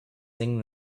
sing